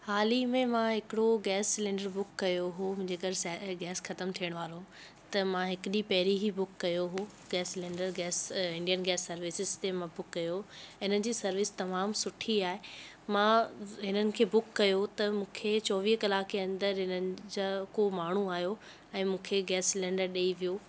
हालु ही में मां हिकिड़ो गैस सिलेंडर बुक कयो हुओ मुंहिंजे घरु सै गैस ख़तमु थियण वारो हुओ त मां हिक ॾींहुं पहिरीं ई बुक कयो हुओ gas cylinder gas Indian gas services ते मां बुक कयो हिनजी सर्विस तमामु सुठी आहे मां हिननि खे बुक कयो त मूंखे चोवीह कलाक जे अंदरि हिननि जा को माण्हू आयो ऐं मूंखे गैस सिलेंडर ॾेई वियो